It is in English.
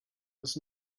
was